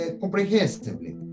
comprehensively